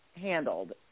handled